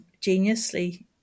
geniusly